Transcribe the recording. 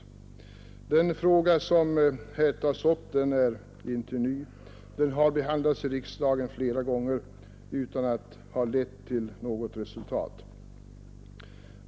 Den fråga som här tas upp är inte ny. Den har behandlats i riksdagen flera gånger utan att det lett till något resultat.